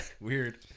weird